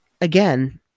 again